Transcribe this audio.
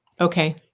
Okay